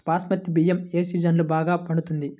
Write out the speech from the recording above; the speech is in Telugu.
బాస్మతి బియ్యం ఏ సీజన్లో బాగా పండుతుంది?